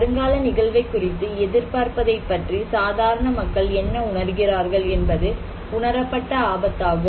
வருங்கால நிகழ்வைப் குறித்து எதிர்பார்ப்பதைப் பற்றி சாதாரண மக்கள் என்ன உணர்கிறார்கள் என்பது உணரப்பட்ட ஆபத்து ஆகும்